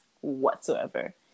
whatsoever